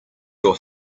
your